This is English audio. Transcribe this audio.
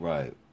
Right